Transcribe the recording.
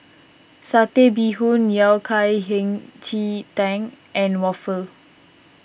Satay Bee Hoon Yao Cai Hei Ji Tang and Waffle